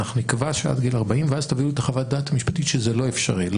אנחנו נקבע שעד גיל 40 ואז תביאו לי את חוות הדעת המשפטית שזה לא אפשרי,